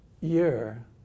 year